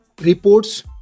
reports